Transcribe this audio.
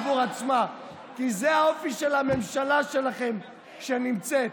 עצמה, כי זה האופי של הממשלה שלכם, שנמצאת.